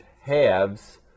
halves